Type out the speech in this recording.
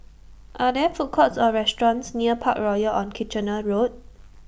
Are There Food Courts Or restaurants near Parkroyal on Kitchener Road